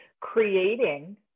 creating